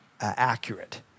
accurate